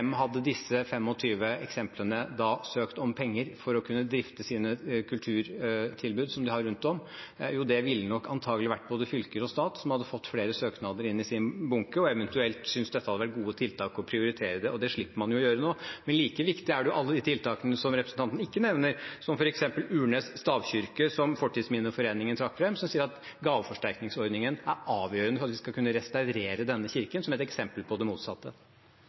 hadde disse 25 eksemplene da søkt om penger fra for å kunne drifte sine kulturtilbud, som de har rundt omkring? Jo, det ville nok antakelig vært både fylker og stat som hadde fått flere søknader inn i sin bunke – og eventuelt hadde syntes dette var gode tiltak, og prioritert det. Det slipper man å gjøre nå. Men like viktig er alle de tiltakene som representanten ikke nevner, som f.eks. Urnes stavkirke, som Fortidsminneforeningen trakk fram. De sier at gaveforsterkningsordningen er avgjørende for at vi skal kunne restaurere denne kirken – som et eksempel på det motsatte.